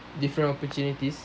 the different opportunities